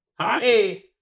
Hi